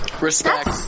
Respect